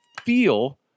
feel